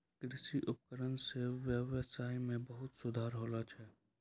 कृषि उपकरण सें ब्यबसाय में भी सुधार होलो छै